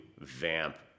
vamp